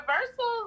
reversals